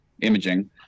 imaging